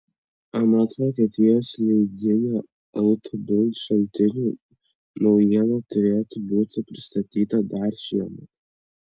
anot vokietijos leidinio auto bild šaltinių naujiena turėtų būti pristatyta dar šiemet